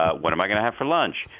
ah what am i going to have for lunch?